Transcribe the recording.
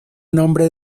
nombre